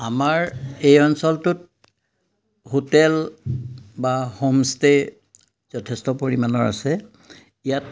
আমাৰ এই অঞ্চলটোত হোটেল বা হোমষ্টে যথেষ্ট পৰিমাণৰ আছে ইয়াত